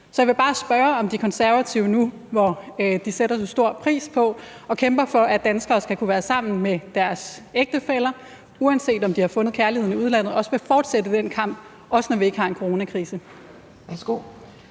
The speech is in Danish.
Så jeg vil bare spørge, om De Konservative nu, hvor de sætter så stor pris på og kæmper for, og at danskere skal kunne være sammen med deres ægtefæller, uanset om de har fundet kærligheden i udlandet, også vil fortsætte den kamp, også når vi ikke har en coronakrise.